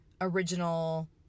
original